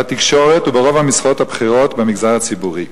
בתקשורת וברוב המשרות הבכירות במגזר הציבורי.